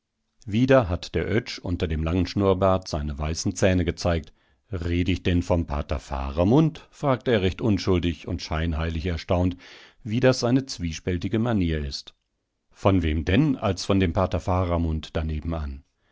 wieder hat der oetsch unter dem langen schnurrbart seine weißen zähne gezeigt red ich denn vom pater faramund fragt er recht unschuldig und scheinheilig erstaunt wie das seine zweispältige manier ist von wem denn als von dem pater faramund da nebenan